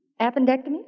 Appendectomy